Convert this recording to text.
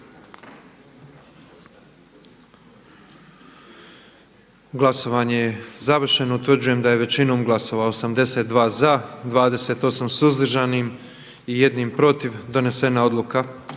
Glasovanje je završeno. Utvrđujem da je većinom glasova, 88 glasova za, 7 suzdržanih i 11 protiv donijeta odluka